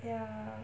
ya